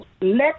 let